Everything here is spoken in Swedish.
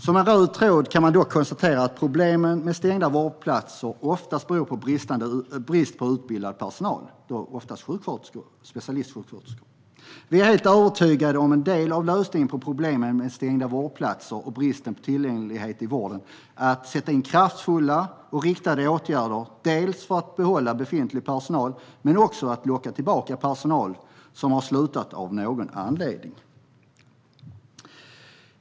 Som en röd tråd kan man dock konstatera att problemet med stängda vårdplatser oftast beror på brist på utbildad personal, oftast specialistsjuksköterskor. Vi är helt övertygade om att en del av lösningen på problemet med stängda vårdplatser och bristen på tillgänglighet i vården är att sätta in kraftfulla och riktade åtgärder dels för att behålla befintlig personal, dels för att locka tillbaka personal som av någon anledning har slutat.